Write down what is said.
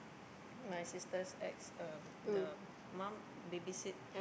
my sister's ex um the mom baby sit